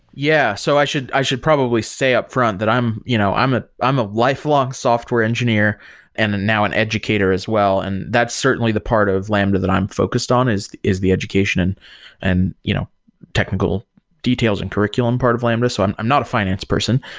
yeah. so i should i should probably say upfront that i'm you know i'm ah a lifelong software engineer and and now an educator as well, and that's certainly the part of lambda that i'm focused on, is is the education and and you know technical details and curriculum part of lambda. so i'm i'm not a finance person.